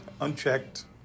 unchecked